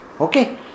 Okay